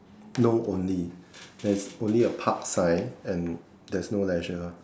no only there's only a Park sign and there's no Leisure ah